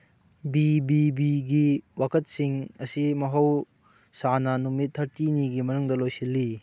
B B ꯕꯤꯒꯤ ꯋꯥꯀꯠꯁꯤꯡ ꯑꯁꯤ ꯃꯍꯧꯁꯥꯅ ꯅꯨꯃꯤꯠ ꯊꯥꯔꯇꯤꯅꯤꯒꯤ ꯃꯅꯨꯡꯗ ꯂꯣꯏꯁꯤꯜꯂꯤ